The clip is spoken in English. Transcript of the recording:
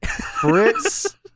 Fritz